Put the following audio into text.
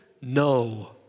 no